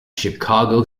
chicago